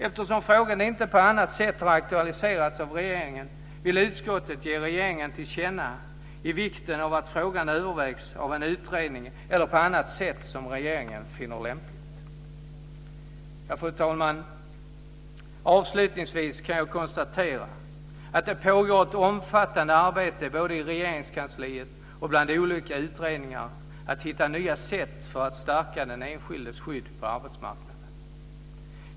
Eftersom frågan inte på annat sätt har aktualiserats av regeringen vill utskottet ge regeringen till känna vikten av att frågan övervägs av en utredning eller på annat sätt som regeringen finner lämpligt. Fru talman! Avslutningsvis kan jag konstatera att det pågår ett omfattande arbete både i Regeringskansliet och bland olika utredningar att hitta nya sätt för att stärka den enskildes skydd på arbetsmarknaden.